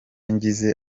ngize